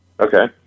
Okay